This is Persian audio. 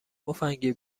مفنگی